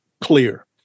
clear